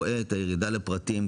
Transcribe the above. רואה את הירידה לפרטים,